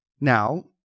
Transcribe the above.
Now